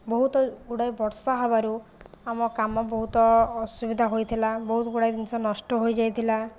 ବହୁତ ଗୁଡ଼ାଏ ବର୍ଷା ହେବାରୁ ଆମ କାମ ବହୁତ ଅସୁବିଧା ହୋଇଥିଲା ବହୁତ ଗୁଡ଼ାଏ ଜିନିଷ ନଷ୍ଟ ହୋଇଯାଇଥିଲା